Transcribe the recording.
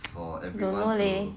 don't know leh